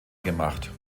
gemacht